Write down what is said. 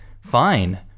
Fine